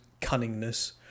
cunningness